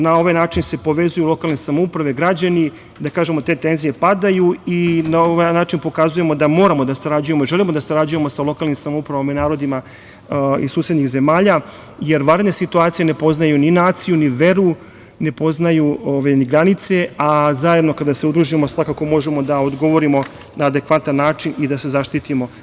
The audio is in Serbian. Na ovaj način se povezuju lokalne samouprave, građani, da kažemo, te tenzije padaju i na ovaj način pokazujemo da moramo da sarađujemo i želimo da sarađujemo sa lokalnim samoupravama i narodima iz susednih zemalja, jer vanredne situacije ne poznaju ni naciju, ni veru, ne poznaju ni granice, a zajedno kada se udružimo svakako možemo da odgovorimo na adekvatan način i da se zaštitimo.